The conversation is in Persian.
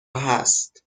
هست